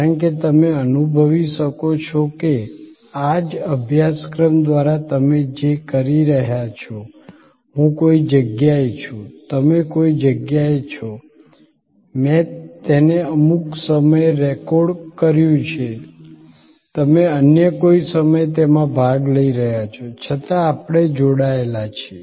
કારણ કે તમે અનુભવી શકો છો કે આ જ અભ્યાસક્રમ દ્વારા તમે જે કરી રહ્યા છો હું કોઈ જગ્યાએ છું તમે કોઈ જગ્યાએ છો મેં તેને અમુક સમયે રેકોર્ડ કર્યું છે તમે અન્ય કોઈ સમયે તેમાં ભાગ લઈ રહ્યા છો છતાં આપણે જોડાયેલા છીએ